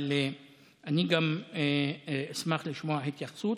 אבל גם אני אשמח לשמוע התייחסות.